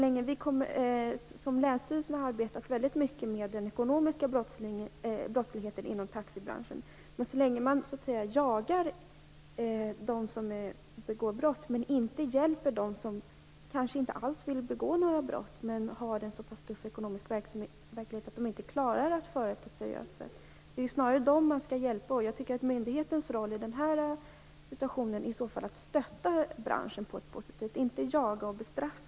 Länsstyrelsen har arbetat väldigt mycket med den ekonomiska brottsligheten inom taxibranschen. Man jagar dem som begår brott utan att hjälpa dem som kanske inte alls vill begå brott, men som lever i en så pass tuff ekonomisk verklighet att de inte klarar verksamheten på ett seriöst sätt. Det är snarare den senare gruppen som man skall hjälpa. Jag tycker att myndighetens roll i en sådan situation är att stötta branschen på ett positivt sätt, inte att jaga och bestraffa.